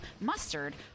mustard